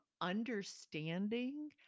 understanding